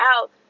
out